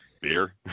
Beer